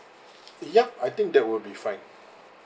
yup I think that would be fine